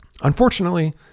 Unfortunately